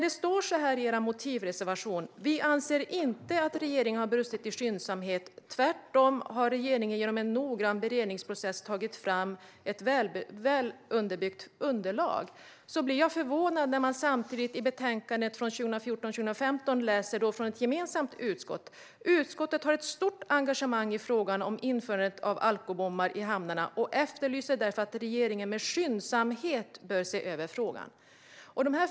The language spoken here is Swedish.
Det står så här i er motivreservation: Vi anser inte att regeringen har brustit i skyndsamhet. Tvärtom har regeringen genom en noggrann beredningsprocess tagit fram ett väl underbyggt underlag. Därför blir jag förvånad när jag samtidigt i betänkandet från 2014/15 från ett gemensamt utskott läser: Utskottet har ett stort engagemang i frågan om införandet av alkobommar i hamnarna och efterlyser därför att regeringen med skyndsamhet bör se över frågan.